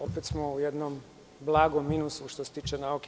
Opet smo u jednom blagom minusu što se tiče nauke.